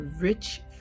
rich